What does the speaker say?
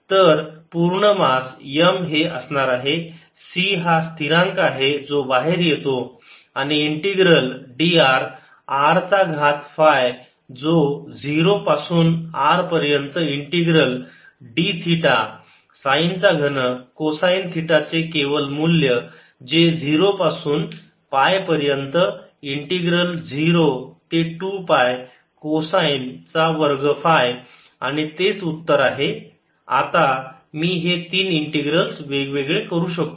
तर पूर्ण मास m हे असे असणार आहे C हा स्थिरांक आहे जो बाहेर येतो आणि इंटिग्रल d r r चा घात फाय जो 0 पासून R पर्यंत इंटिग्रल d थिटा साईन चा घन कोसाईन थिटा चे केवल मूल्य जे 0 पासून पाय पर्यंत इंटीग्रल 0 ते 2 पाय कोसाईन चा वर्ग फाय आणि तेच उत्तर आहे आता मी हे तीन इंटीग्रलस वेगवेगळे करू शकतो